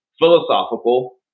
philosophical